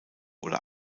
oder